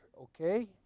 Okay